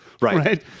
Right